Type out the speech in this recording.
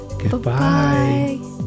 Goodbye